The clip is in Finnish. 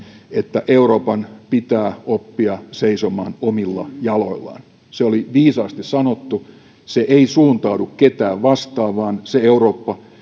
että euroopan pitää oppia seisomaan omilla jaloillaan se oli viisaasti sanottu se ei suuntaudu ketään vastaan vaan se eurooppa